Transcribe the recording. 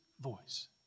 voice